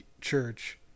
church